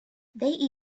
they